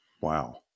Wow